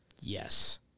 Yes